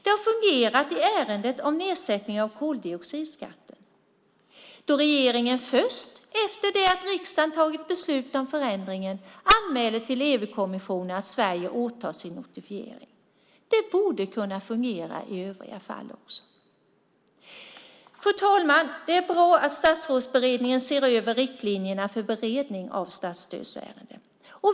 Det har fungerat i ärendet om nedsättning av koldioxidskatten då regeringen först efter det att riksdagen tagit beslut om förändringen anmäler till EU-kommissionen att Sverige återtar sin notifiering. Det borde kunna fungera även i övriga fall. Fru talman! Det är bra att statsrådsberedningen ser över riktlinjerna för beredning av statsstödsärenden.